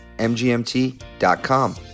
mgmt.com